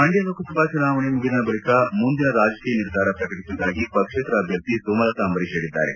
ಮಂಡ್ಕ ಲೋಕಸಭಾ ಚುನಾವಣೆ ಮುಗಿದ ಬಳಿಕ ಮುಂದಿನ ರಾಜಕೀಯ ನಿರ್ಧಾರ ಪ್ರಕಟಿಸುವುದಾಗಿ ಪಕ್ಷೇತರ ಅಭ್ಯರ್ಥಿ ಸುಮಲತಾ ಅಂಬರೀಶ್ ಹೇಳಿದ್ದಾರೆ